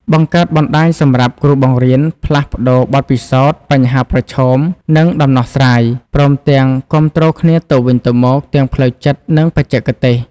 បង្កើតបណ្តាញសម្រាប់គ្រូបង្រៀនផ្លាស់ប្តូរបទពិសោធន៍ បញ្ហាប្រឈម និងដំណោះស្រាយ ព្រមទាំងគាំទ្រគ្នាទៅវិញទៅមកទាំងផ្លូវចិត្ត និងបច្ចេកទេស។